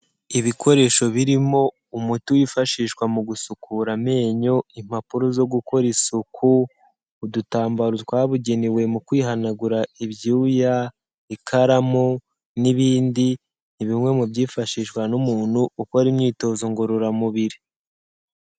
Ibikoresho birimo umuti wifashishwa mu gusukura amenyo, impapuro zo gukora isuku, udutambaro twabugenewe mu kwihanagura ibyuya, ikaramu n'ibindi, ni bimwe mu byifashishwa n'umuntu ukora imyitozo ngororamubiri.